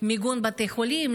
למיגון בתי חולים,